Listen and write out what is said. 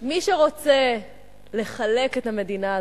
מי שרוצה לחלק את המדינה הזאת,